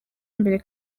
imbere